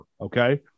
Okay